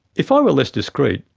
if i were less discrete,